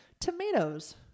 Tomatoes